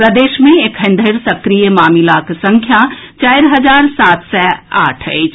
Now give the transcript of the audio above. प्रदेश मे एखन धरि सक्रिय मामिलाक संख्या चारि हजार सात सय आठ अछि